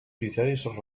criteris